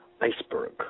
iceberg